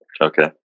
Okay